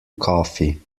coffee